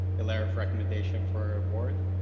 a letter of recommendation for a award,